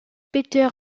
peter